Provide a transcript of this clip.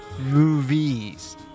movies